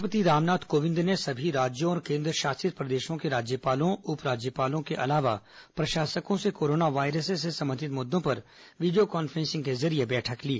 राष्ट्रपति रामनाथ कोविंद ने सभी राज्यों और केन्द्रशासित प्रदेशों के राज्यपालों उप राज्यपालों के अलावा संबंधित मुद्दों पर वीडियो कॉन्फ्रेंसिंग के जरिये बैठक ली